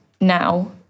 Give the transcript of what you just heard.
now